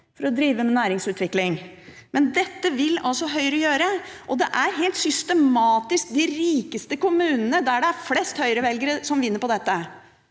for å drive med næringsutvikling. Men dette vil Høyre gjøre, og det er helt systematisk de rikeste kommunene der det er flest høyrevelgere, som vinner på dette.